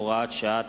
הוראת שעה),